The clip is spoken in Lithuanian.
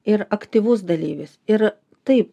ir aktyvus dalyvis ir taip